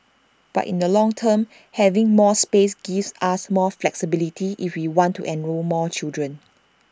but in the long term having more space gives us more flexibility if we want to enrol more children